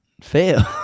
fail